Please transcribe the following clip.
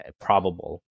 probable